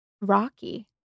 Rocky